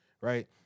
right